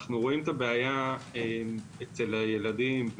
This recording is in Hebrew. אנחנו רואים את הבעיה אצל הילדים,